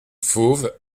fauve